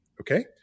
okay